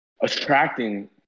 attracting